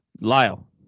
Lyle